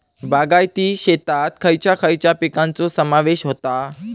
बागायती शेतात खयच्या खयच्या पिकांचो समावेश होता?